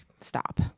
stop